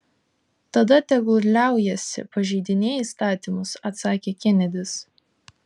tada tegul liaujasi pažeidinėję įstatymus atsakė kenedis